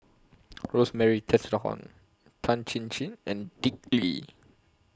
Rosemary Tessensohn Tan Chin Chin and Dick Lee